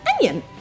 onion